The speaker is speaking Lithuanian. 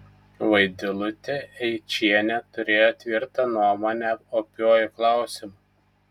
vaidilutė eičienė turėjo tvirtą nuomonę opiuoju klausimu